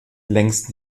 längst